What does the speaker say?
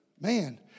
Man